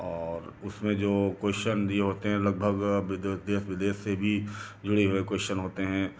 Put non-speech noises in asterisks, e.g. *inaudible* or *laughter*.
और उसमें जो कोश्चन दिए होते हैं लगभग *unintelligible* देश विदेश से भी जुड़ी हुए कोश्चन होते हैं